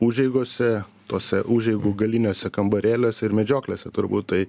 užeigose tose užeigų galiniuose kambarėliuose ir medžioklėse turbūt tai